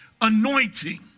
anointing